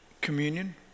communion